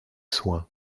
soins